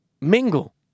mingle